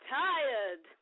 tired